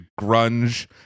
grunge